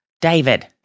David